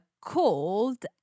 called